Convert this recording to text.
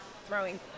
throwing